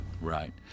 Right